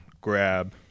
grab